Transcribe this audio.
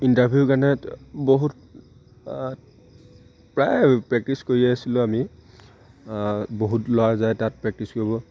interview কাৰণে বহুত প্ৰায় প্ৰেক্টিছ কৰি আছিলোঁ আমি বহুত ল'ৰা যায় তাত প্ৰেক্টিছ কৰিব